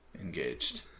Engaged